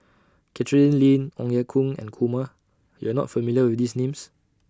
Catherine Lim Ong Ye Kung and Kumar YOU Are not familiar with These Names